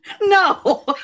No